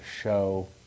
show